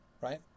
right